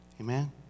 Amen